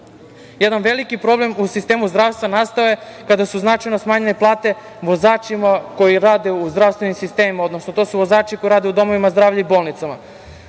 skupi. Jedan veliki problem u sistemu zdravstva nastao je kada su značajno smanjene plate vozačima koji rade u zdravstvenom sistemu, odnosno to su vozači koji rade u domovima zdravlja i bolnicama.